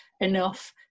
enough